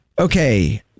Okay